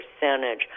percentage